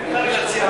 מותר לי להציע,